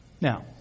Now